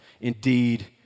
indeed